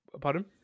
Pardon